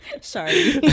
Sorry